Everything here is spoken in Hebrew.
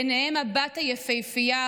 וביניהם הבת היפהפייה,